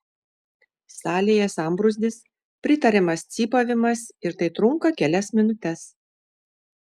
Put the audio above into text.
salėje sambrūzdis pritariamas cypavimas ir tai trunka kelias minutes